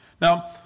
Now